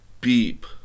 beep